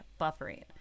buffering